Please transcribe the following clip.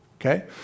okay